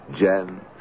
Jan